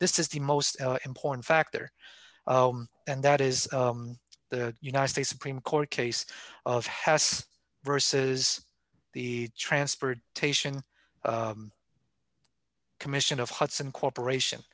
this is the most important factor and that is the united states supreme court case of has versus the transportation commission of hudson cooperation